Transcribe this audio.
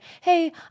hey